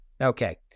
Okay